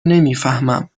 نمیفهمم